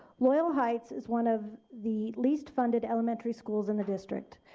loyal heights is one of the least funded elementary schools in the district.